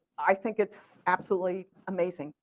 i think it's absolutely amazing.